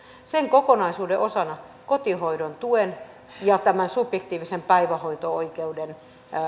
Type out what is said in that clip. sen kokonaisuuden osana kotihoidon tuen ja tämän subjektiivisen päivähoito oikeuden